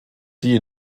die